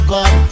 God